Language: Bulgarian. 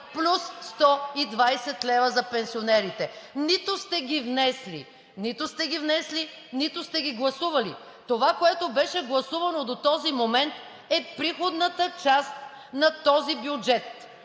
плюс 120 лв. за пенсионерите, нито сте ги внесли, нито сте ги гласували. Това, което беше гласувано до този момент, е приходната част на този бюджет.